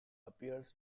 appears